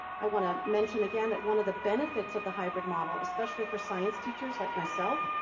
i wanna mention again, that one of the benefits of the hybrid model, especially for science teachers, like myself,